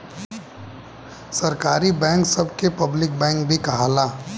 सरकारी बैंक सभ के पब्लिक बैंक भी कहाला